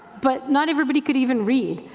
but not everybody could even read.